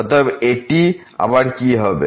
অতএব এটা আবার কি হবে